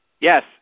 Yes